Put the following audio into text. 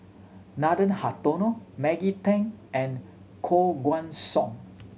Nathan Hartono Maggie Teng and Koh Guan Song